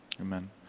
Amen